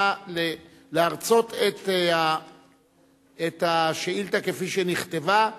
נא להרצות את השאילתא כפי שנכתבה.